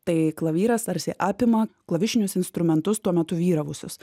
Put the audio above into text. tai klavyras tarsi apima klavišinius instrumentus tuo metu vyravusius